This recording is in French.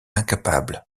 incapable